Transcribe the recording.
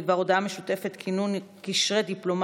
דיון והצבעה בדבר הודעה משותפת בדבר כינון קשרי דיפלומטיה,